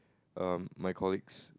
um my colleagues